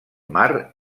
mar